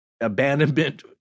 abandonment